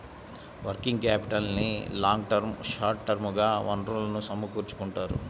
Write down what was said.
working క్యాపిటల్కి long term, short term గా వనరులను సమకూర్చుకుంటారు